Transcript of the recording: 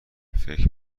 فکر